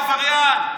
עבריין.